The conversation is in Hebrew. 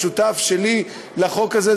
שותף שני לחוק הזה,